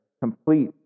complete